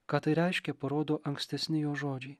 ką tai reiškė parodo ankstesni jo žodžiai